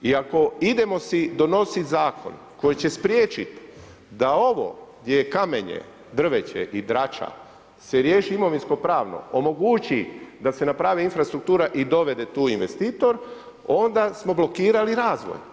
I ako idemo si donositi zakon, koji će spriječiti da ovo gdje je kamenje, drveće i drača, se riješi imovinsko pravno, omogući, da se napravi infrastruktura i dovede tu investitor, onda smo blokirali razvoj.